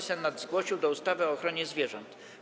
Senat zgłosił do ustawy o ochronie zwierząt.